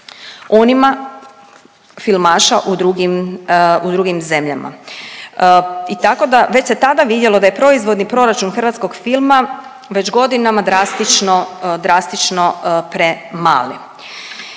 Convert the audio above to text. onima filmaša u drugim zemljama. I tako da već se tada vidjelo da je proizvodni proračun hrvatskog filma već godinama drastično, drastično